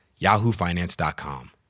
yahoofinance.com